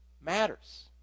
matters